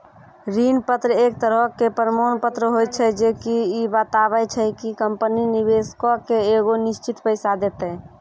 ऋण पत्र एक तरहो के प्रमाण पत्र होय छै जे की इ बताबै छै कि कंपनी निवेशको के एगो निश्चित पैसा देतै